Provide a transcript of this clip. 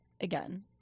again